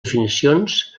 definicions